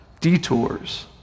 detours